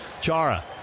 Chara